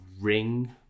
ring